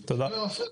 תוצאות.